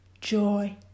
joy